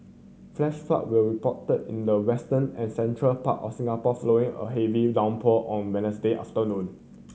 flash flood were reported in the western and central part of Singapore following a heavy downpour on Wednesday afternoon